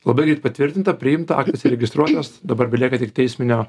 labai greit patvirtinta priimta aktas įregistruotas dabar belieka tik teisminio